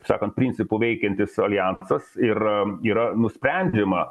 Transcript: sakant principu veikiantis aljansas ir yra nusprendžiama